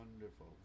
wonderful